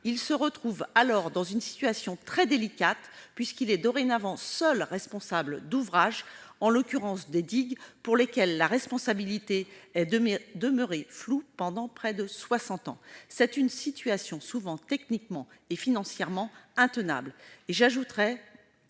Il se retrouve alors dans une situation très délicate, puisqu'il est dorénavant seul responsable d'ouvrages, en l'occurrence des digues, pour lesquels la responsabilité est demeurée floue pendant près de soixante ans. C'est une situation souvent techniquement et financièrement intenable.